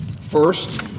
First